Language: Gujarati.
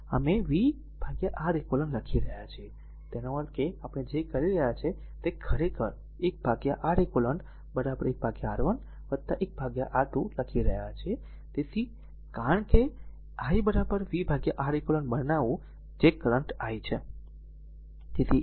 તેથી અમે v R eq લખી રહ્યા છીએ તેનો અર્થ એ છે કે આપણે જે કરી રહ્યા છીએ તે આપણે ખરેખર 1 R eq 1 R1 1 R2 લખી રહ્યા છીએ તેથી કારણ કે i v R eq બનાવવું છે જે કરંટ i છે